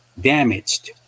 damaged